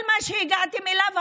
כל מה שהגעתם אליו,